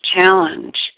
challenge